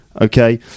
okay